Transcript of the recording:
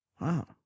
Wow